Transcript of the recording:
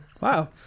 Wow